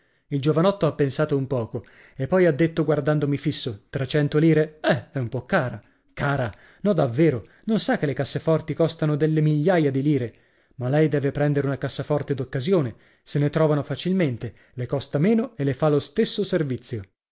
il giovanotto ha pensato un poco e poi ha detto guardandomi fisso trecento lire eh è un po cara cara no davvero non sa che le casseforti costano delle migliaia di lire ma lei deve prendere una cassaforte d'occasione se ne trovano facilmente le costa meno e le fa lo stesso servizio